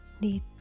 need